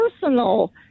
personal